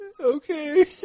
Okay